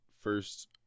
First